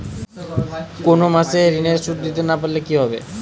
কোন মাস এ ঋণের সুধ দিতে না পারলে কি হবে?